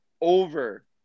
over